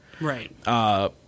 right